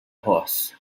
horse